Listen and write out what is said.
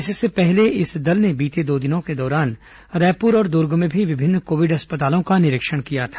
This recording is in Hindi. इससे पहले इस दल ने बीते दो दिनों के दौरान रायपुर और दुर्ग में भी विभिन्न कोविड अस्पतालों का निरीक्षण किया था